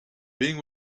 being